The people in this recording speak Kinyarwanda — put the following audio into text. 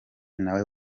nawe